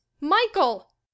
Michael